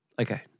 Okay